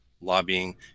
lobbying